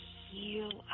heal